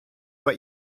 what